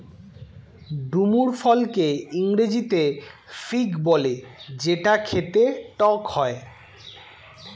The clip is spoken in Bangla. ডুমুর ফলকে ইংরেজিতে ফিগ বলে যেটা খেতে টক হয়